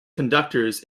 conductors